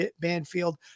banfield